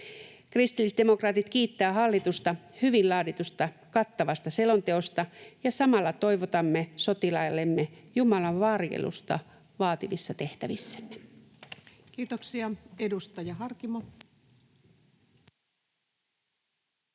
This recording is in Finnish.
Kristillisdemokraatit kiittää hallitusta hyvin laaditusta, kattavasta selonteosta, ja samalla toivotamme sotilaillemme Jumalan varjelusta vaativissa tehtävissänne. [Speech 82] Speaker: